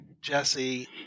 Jesse